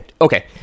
okay